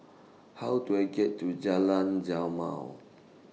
How Do I get to Jalan Jamal